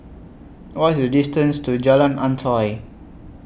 What IS The distance to Jalan Antoi